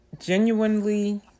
Genuinely